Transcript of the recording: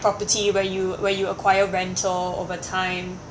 property where you where you acquire rental over time